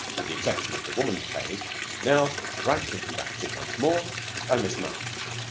with the exception of the woman's page, now brightly conducted once more by miss march.